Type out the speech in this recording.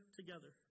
together